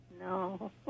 No